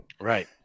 Right